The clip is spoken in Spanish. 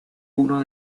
uno